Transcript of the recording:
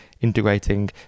integrating